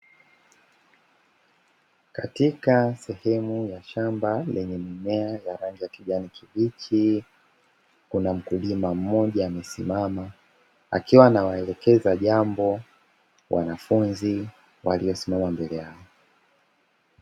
Katika sehemu ya shamba lenye mimea ya rangi ya kijani kibichi. Kuna mkulima mmoja amesimama, akiwa anawaelekeza jambo wanafunzi waliosimama mbele yao.